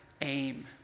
aim